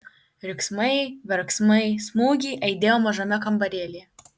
riksmai verksmai smūgiai aidėjo mažame kambarėlyje